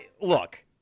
Look